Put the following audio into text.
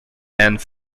and